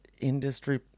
industry